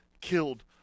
killed